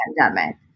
pandemic